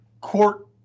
court